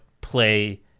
play